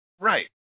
Right